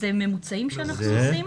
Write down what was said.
אלה ממוצעים שאנחנו עושים.